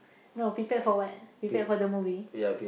no prepare for what prepared for the movie